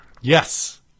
Yes